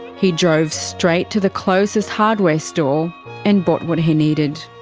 he drove straight to the closest hardware store and bought what he needed.